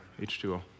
H2O